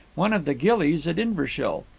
one of the ghillies at inverashiel.